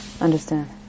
understand